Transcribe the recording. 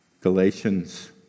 Galatians